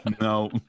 no